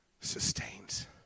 sustains